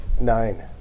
Nine